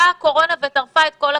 באה הקורונה וטרפה את כל הקלפים.